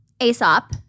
Aesop